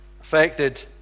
affected